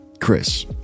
Chris